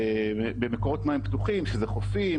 במקורות מים פתוחים שזה חופים,